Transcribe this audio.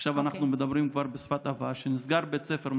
עכשיו אנחנו מדברים כבר בשפת עבר: נסגר בית ספר,